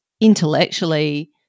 intellectually